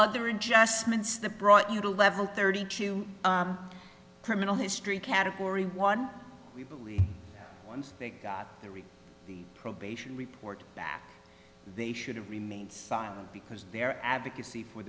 other adjustments that brought you to level thirty two criminal history category one we believe once they got the read the probation report that they should have remained silent because they're advocacy for